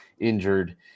injured